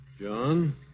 John